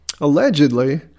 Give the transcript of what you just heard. Allegedly